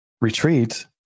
retreat